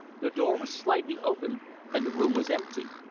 the door was slightly open and the room was empty.